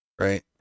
right